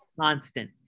constant